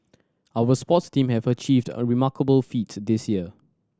our sports team have achieved a remarkable feat this year